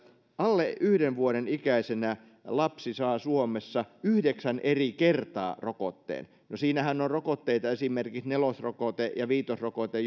alle yhden vuoden ikäisenä lapsi saa suomessa yhdeksän eri kertaa rokotteen no siinähän on rokotteita esimerkiksi nelosrokote ja viitosrokote